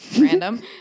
random